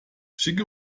schicke